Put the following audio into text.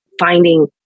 Finding